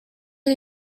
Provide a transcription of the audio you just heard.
did